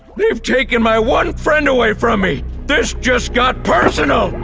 they've taken my one friend away from me! this just got personal!